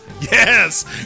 Yes